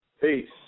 Peace